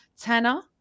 Tanner